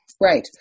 right